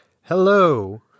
Hello